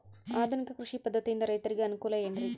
ಆಧುನಿಕ ಕೃಷಿ ಪದ್ಧತಿಯಿಂದ ರೈತರಿಗೆ ಅನುಕೂಲ ಏನ್ರಿ?